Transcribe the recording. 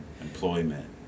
employment